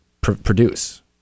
produce